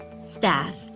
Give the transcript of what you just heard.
staff